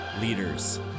Leaders